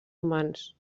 humans